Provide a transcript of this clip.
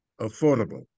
affordable